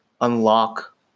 unlock